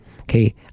okay